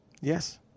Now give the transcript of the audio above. Yes